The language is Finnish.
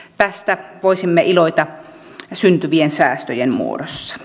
tästä voisimme iloita syntyvien säästöjen muodossa